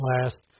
last